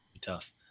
tough